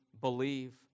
believe